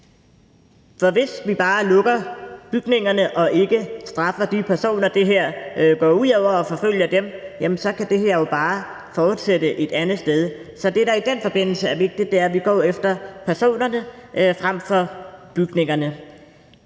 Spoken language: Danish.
hvis vi bare lukker bygningerne og ikke straffer de personer, der gør det her, og forfølger dem, så kan det her jo bare fortsætte et andet sted. Så det, der er i den forbindelse er vigtigt, er, at vi går efter personerne frem for bygningerne.